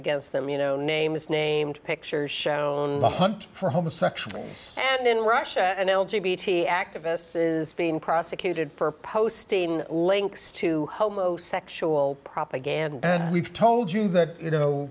against them you know names named pictures shown on hunt for homosexuals and in russia and l g b t activists is being prosecuted for posting links to homosexual propaganda and we've told you that you know